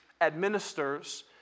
administers